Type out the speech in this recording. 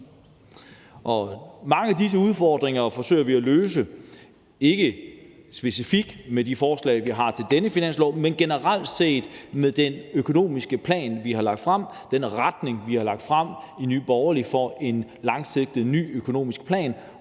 Mange af disse udfordringer forsøger vi at løse, ikke specifikt med de forslag, som vi har til denne finanslov, men generelt set med den økonomiske plan, vi har lagt frem, den retning, vi har lagt frem i Nye Borgerlige, for en langsigtet ny økonomisk plan